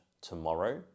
tomorrow